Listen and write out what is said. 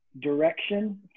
Direction